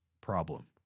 problem